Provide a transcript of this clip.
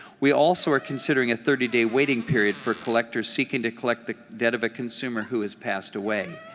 we also are considering a thirty day waiting period for collectors seeking to collect the debt of a consumer who has passed away.